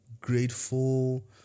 grateful